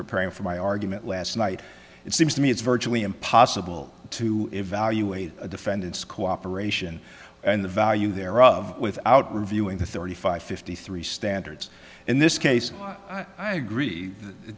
preparing for my argument last night it seems to me it's virtually impossible to evaluate a defendant's cooperation and the value there of without reviewing the thirty five fifty three standards in this case i agree